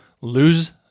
lose